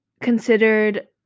considered